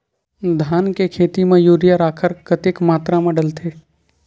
धान के खेती म यूरिया राखर कतेक मात्रा म डलथे?